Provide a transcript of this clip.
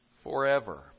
Forever